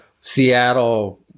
Seattle